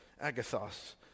agathos